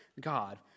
God